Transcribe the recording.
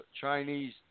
Chinese